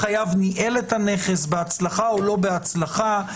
החייב ניהל את הנכס בהצלחה או לא בהצלחה,